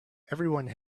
everyone